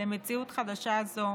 למציאות חדשה זו,